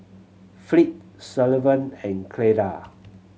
Fleet Sullivan and Cleda